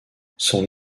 son